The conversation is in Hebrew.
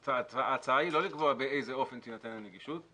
ההצעה היא לא לקבוע באיזה אופן תינתן הנגישות,